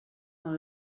dans